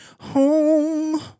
home